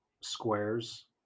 squares